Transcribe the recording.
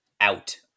out